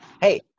Hey